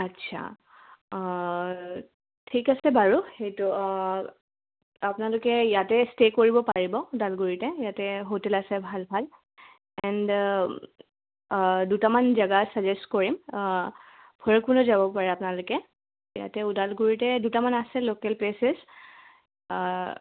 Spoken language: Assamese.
আচ্ছা ঠিক আছে বাৰু সেইটো আপোনালোকে ইয়াতে ষ্টে' কৰিব পাৰিব ওদালগুৰিতে ইয়াতে হোটেল আছে ভাল ভাল এণ্ড দুটামান জেগাত চাজেষ্ট কৰিম ভৈৰৱকুণ্ড যাব পাৰে আপোনালোকে ইয়াতে ওদালগুৰিতে দুটামান আছে লোকেল প্লেচছ